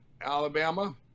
Alabama